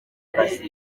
akazi